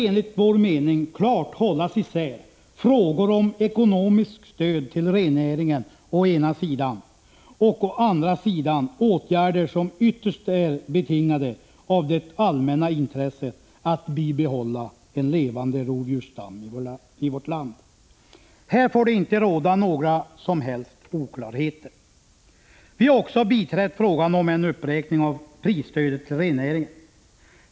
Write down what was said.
Enligt vår mening måste frågor om ekonomiskt stöd till rennäringen, å ena sidan, och åtgärder som ytterst är betingade av det allmänna intresset att bibehålla en levande rovdjursstam i vårt land, å andra sidan, klart hållas isär. Här får det inte råda några som helst oklarheter. Vi har också biträtt kravet på en uppräkning av prisstödet åt rennäringen.